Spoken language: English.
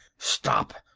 stop!